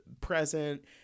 present